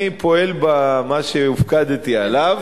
אני פועל במה שהופקדתי עליו.